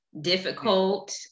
difficult